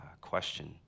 question